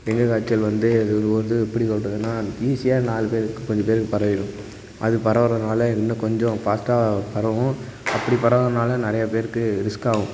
dengue காய்ச்சல் வந்து அது வந்து எப்படி சொல்கிறதுன்னா ஈஸியாக நாலு பேருக்கு கொஞ்சம் பேருக்கு பரவிடும் அது பரவுறதனால இன்னும் கொஞ்சம் ஃபாஸ்ட்டாக பரவும் அப்படி பரவுறதனால நிறையா பேருக்கு ரிஸ்க் ஆகும்